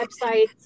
websites